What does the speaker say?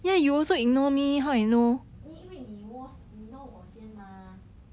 你因为你 wo~ ignore 我先 mah